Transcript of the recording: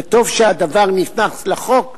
וטוב שהדבר נכנס לחוק,